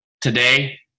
today